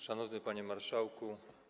Szanowny Panie Marszałku!